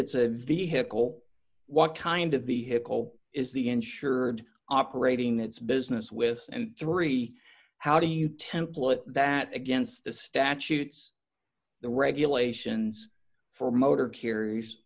it's a vehicle what kind of vehicle is the insured operating its business with and three how do you template that against the statutes the regulations for motor carries